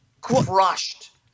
crushed